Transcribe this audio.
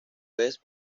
vez